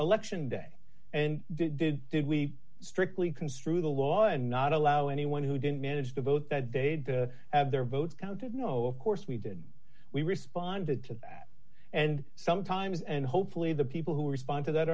election day and did did we strictly construe the law and not allow anyone who didn't manage to vote that they'd have their votes counted no of course we did we responded to that and sometimes and hopefully the people who respond to that